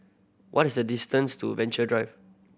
what is the distance to Venture Drive